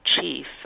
chief